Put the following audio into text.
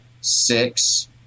six